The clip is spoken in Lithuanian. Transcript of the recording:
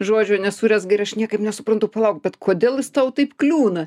žodžio nesurezga ir aš niekaip nesuprantu palauk bet kodėl jis tau taip kliūna